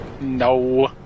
No